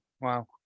wow